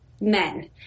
men